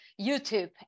YouTube